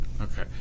Okay